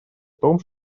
том